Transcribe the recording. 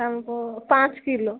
हमको पाँच किलो